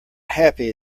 happy